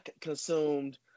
consumed